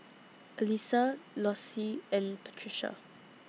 Alysa Lossie and Patrica